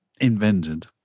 invented